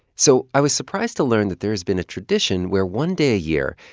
so i was surprised to learn that there has been a tradition where, one day a year,